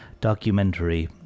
documentary